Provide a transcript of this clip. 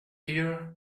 here